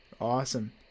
awesome